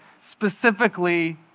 specifically